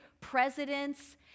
presidents